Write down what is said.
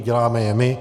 Děláme je my.